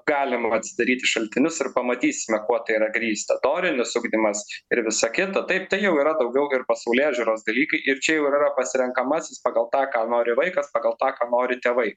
galim va atsidaryti šaltinius ir pamatysime kuo tai yra grįsta dorinis ugdymas ir visa kita taip tai jau yra daugiau ir pasaulėžiūros dalykai ir čia jau ir yra pasirenkamasis pagal tą ką nori vaikas pagal tą ką nori tėvai